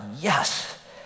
Yes